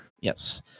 Yes